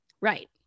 Right